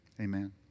Amen